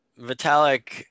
Vitalik